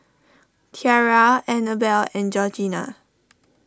Tiara Annabelle and Georgina